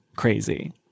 Crazy